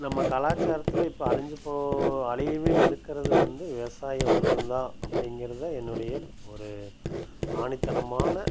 நம்ம கலாச்சாரத்தில் இப்போ அழிந்து போ அழியும் நிலை இருக்கிறது வந்து விவசாயம் ஒன்று தான் அப்படிங்கிறத என்னுடைய ஒரு ஆணித்தனமான